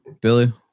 Billy